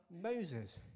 Moses